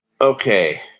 Okay